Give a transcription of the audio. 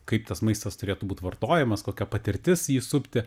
kaip tas maistas turėtų būt vartojamas kokia patirtis jį supti